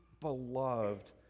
beloved